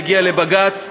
יגיע לבג"ץ,